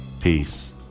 Peace